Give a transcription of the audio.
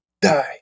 Die